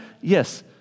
yes